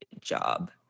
job